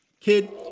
Kid